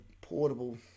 portable